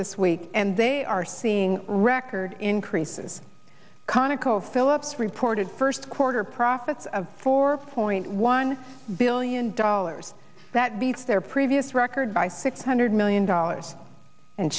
this week and they are seeing record increases conoco phillips reported first quarter profits of four point one billion dollars that beats their previous record by six hundred million dollars and